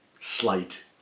slight